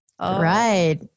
right